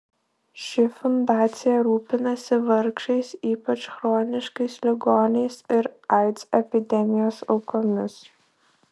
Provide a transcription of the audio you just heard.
ši fundacija rūpinasi vargšais ypač chroniškais ligoniais ir aids epidemijos aukomis